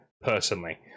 personally